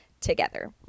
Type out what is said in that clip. together